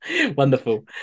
Wonderful